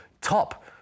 top